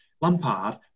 Lampard